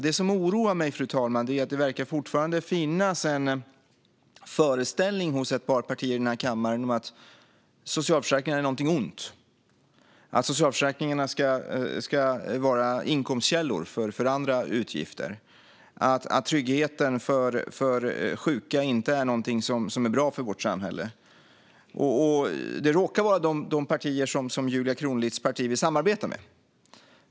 Det som oroar mig, fru talman, är att det fortfarande verkar finnas en föreställning hos ett par partier i denna kammare om att socialförsäkringar är något ont, att socialförsäkringar ska vara inkomstkällor för andra utgifter och att tryggheten för sjuka inte är något som är bra för vårt samhälle. Det råkar vara de partier som Julia Kronlids parti vill samarbeta med.